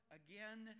again